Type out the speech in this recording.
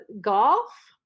golf